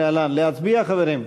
להצביע, חברים?